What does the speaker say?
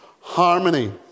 harmony